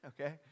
Okay